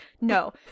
No